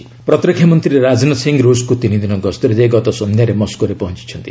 Rajnath visit ପ୍ରତିରକ୍ଷାମନ୍ତ୍ରୀ ରାଜନାଥ ସିଂହ ରୁଷ୍କୁ ତିନିଦିନ ଗସ୍ତରେ ଯାଇ ଗତ ସଂଧ୍ୟାରେ ମସ୍କୋରେ ପହଞ୍ଚୁଛନ୍ତି